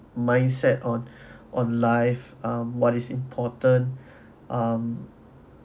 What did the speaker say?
mindset on on life ah what is important um